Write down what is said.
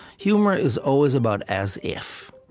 humor is always about as if.